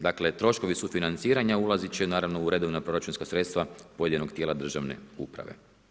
Dakle troškovi sufinanciranja ulazit će naravno u redovna proračunska sredstva pojedinog tijela državne uprave.